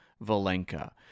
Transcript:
Valenka